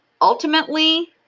Ultimately